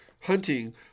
hunting